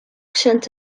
accent